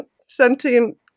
sentient